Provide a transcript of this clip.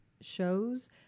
shows